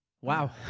wow